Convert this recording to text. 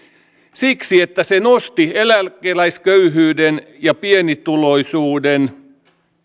siksi että se nosti eläkeläisköyhyyden ja pienituloisuuden